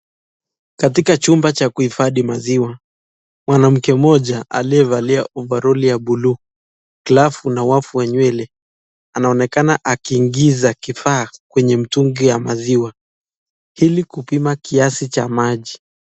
Katika chumba cha kuifadhi maziwa, mwanamke moja aliyevalia ovarori ya blue, (cs), glavu na wavu wa nywele, anaonekana akiingiza kifaa kwenye mtungi ya maziwa, ili kupima kiasi cha maji.